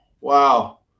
wow